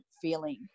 feeling